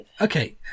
Okay